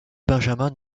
benjamin